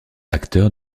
acteur